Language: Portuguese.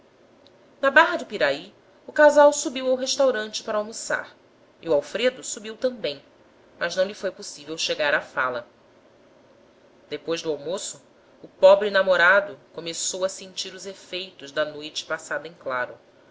na barra do pirai o casal subiu ao restaurante para almoçar e o alfredo subiu também mas não lhe foi possível chegar à fala depois do almoço o pobre namorado começou a sentir os efeitos da noite passada em claro